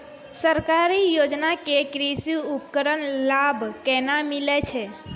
सरकारी योजना के कृषि उपकरण लाभ केना मिलै छै?